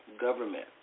government